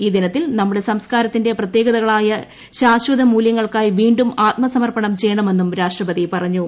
ഈ ദിനത്തിൽ നമ്മുടെ സംസ്ക്കാരത്തിന്റെ പ്രത്യേകതകളായ ഈ ശാശ്വത മൂല്യങ്ങൾക്കായി വീണ്ടും ആത്മസമർപ്പണം ചെയ്യണമെന്നും രാഷ്ട്രപതി പറഞ്ഞു